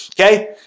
Okay